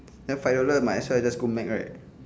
ya five dollar might as well just go Mac right